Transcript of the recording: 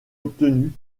obtenu